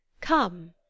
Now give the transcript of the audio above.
Come